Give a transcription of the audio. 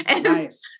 Nice